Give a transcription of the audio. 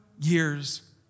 years